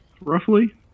roughly